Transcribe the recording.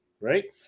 right